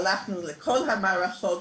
הלכנו לכל המערכות,